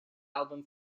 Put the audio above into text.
album